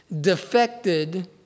defected